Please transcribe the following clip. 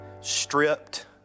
stripped